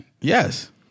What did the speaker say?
Yes